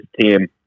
team